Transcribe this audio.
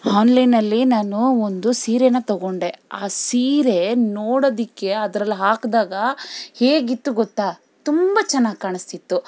ಹಾನ್ಲೈನ್ನಲ್ಲಿ ನಾನು ಒಂದು ಸೀರೆನ ತೊಗೊಂಡೆ ಆ ಸೀರೆ ನೋಡೋದಕ್ಕೆ ಅದ್ರಲ್ಲಿ ಹಾಕಿದಾಗ ಹೇಗಿತ್ತು ಗೊತ್ತ ತುಂಬ ಚೆನ್ನಾಗಿ ಕಾಣಿಸ್ತಿತ್ತು